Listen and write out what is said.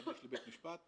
להגיש לבית משפט,